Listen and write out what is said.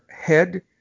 head